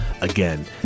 Again